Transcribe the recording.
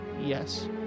Yes